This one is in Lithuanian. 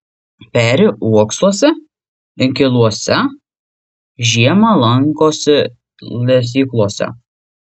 peri uoksuose inkiluose žiemą lankosi lesyklose